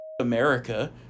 America